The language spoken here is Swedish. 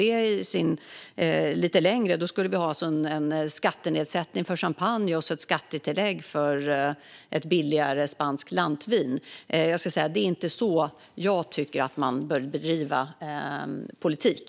Drar man det lite längre skulle vi alltså ha en skattenedsättning för champagne och ett skattetillägg för billigare spanskt lantvin. Det är inte så jag tycker att man bör bedriva politik.